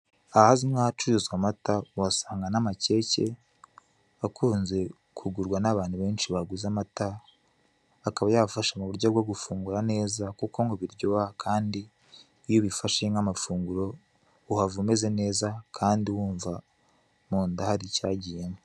Ahazwi nk'ahacuruzwa amata uhasanga n'amakeke akunze kugurwa n'abantu benshi baguze amata, akaba yafasha mu buryo bwo gufungura neza kuko ngo biryoha kandi iyo ubifashe nk'amafunguro uhava umeze neza kandi wumva mu nda hari icyagiyemo.